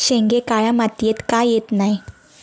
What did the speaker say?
शेंगे काळ्या मातीयेत का येत नाय?